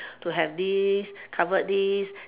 to have this covered this